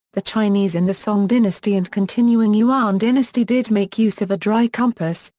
the chinese in the song dynasty and continuing yuan dynasty did make use of a dry compass,